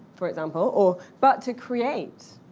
for example, or but to create,